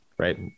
right